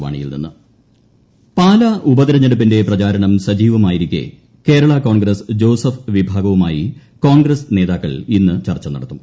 പാലാ ഉപതെരഞ്ഞെടുപ്പ് പാലാ ഉപതെരഞ്ഞെടുപ്പിന്റെ പ്രചാരണം സജീവമായിരിക്കെ കേരളാ കോൺഗ്രസ് ജോസഫ് വീഭാഗവുമായി കോൺഗ്രസ് നേതാക്കൾ ഇന്ന് ചർച്ച നടത്തും